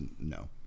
no